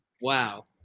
Wow